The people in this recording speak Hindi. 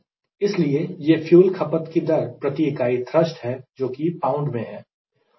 इसलिए यह फ्यूल खपत की दर प्रति इकाई थ्रस्ट है जोकि pound में है